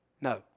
No